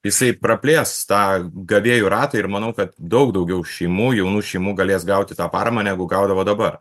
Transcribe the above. jisai praplės tą gavėjų ratą ir manau kad daug daugiau šeimų jaunų šeimų galės gauti tą paramą negu gaudavo dabar